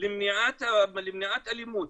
למניעת אלימות,